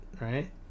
Right